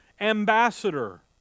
ambassador